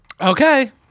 Okay